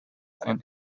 and